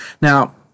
Now